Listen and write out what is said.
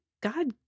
God